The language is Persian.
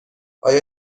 آیا